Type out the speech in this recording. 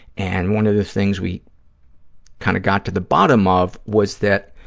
and one of the things we kind of got to the bottom of was that,